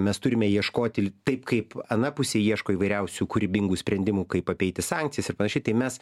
mes turime ieškoti l taip kaip ana pusė ieško įvairiausių kūrybingų sprendimų kaip apeiti sankcijas ir panašiai tai mes